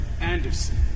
Anderson